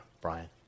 Brian